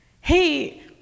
hey